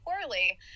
poorly